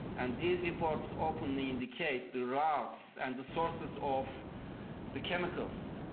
and these reports openly indicate the routes and the sources of the chemicals,